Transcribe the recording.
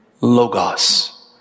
logos